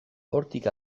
hortik